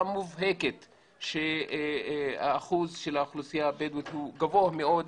מובהקת שהאחוז של האוכלוסייה הבדואית הוא גבוה מאוד